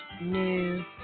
new